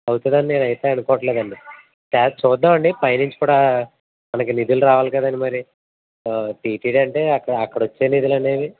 అవుతుందా అండి నేనైతే అనుకోవట్లేదు అండి చూద్దామండి పైనుంచి కూడా మనకు నిధులు రావాలి కదండీ మరి టీటీడీ అంటే అక్కడక్కడ వచ్చే నిధులనేవి